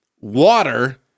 water